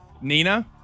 Nina